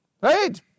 Right